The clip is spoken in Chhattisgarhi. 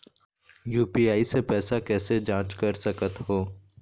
यू.पी.आई से पैसा कैसे जाँच कर सकत हो?